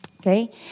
okay